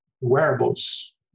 wearables